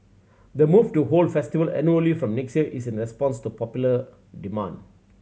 the move to hold the festival annually from next year is in response to popular demand